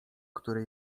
który